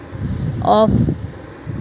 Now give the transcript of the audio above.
off